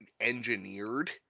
engineered